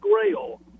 grail